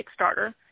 Kickstarter